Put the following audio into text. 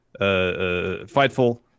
Fightful